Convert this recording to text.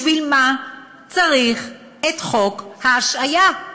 בשביל מה צריך את חוק ההשעיה?